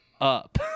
up